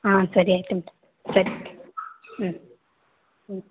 ಹಾಂ ಸರಿ ಆಯಿತು ಮೇಡಮ್ ಸರಿ ಹ್ಞೂ ಹ್ಞೂ